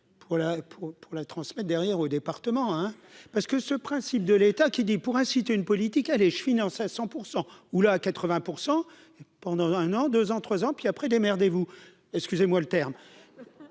pour la transmettre derrière au département, hein. Parce que ce principe de l'État qui dit pour inciter une politique allait je finance à 100 % hou là à 80 % pendant un an, 2 ans, 3 ans et puis après, démerdez-vous, excusez-moi le terme,